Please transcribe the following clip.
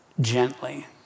gently